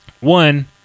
one